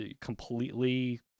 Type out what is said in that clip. completely